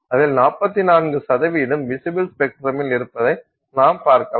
அதில் 44 விசிபில் ஸ்பெக்ட்ரமில் இருப்பதை நாம் பார்க்கலாம்